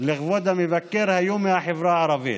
לכבוד המבקר היו מהחברה הערבית.